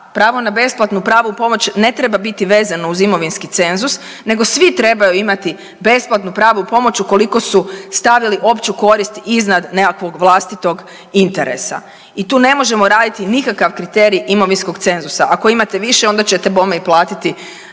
pravo na besplatnu pravnu pomoć ne treba biti vezano uz imovinski cenzus nego svi trebaju imati besplatnu pravnu pomoć ukoliko su stavili opću korist iznad nekakvog vlastitog interesa i tu ne možemo raditi nikakav kriterij imovinskog cenzusa. Ako imate više onda ćete bome i platiti